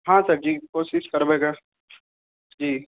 हँ सर जी कोशिश करबै गऽ जी